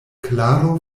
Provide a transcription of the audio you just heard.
klaro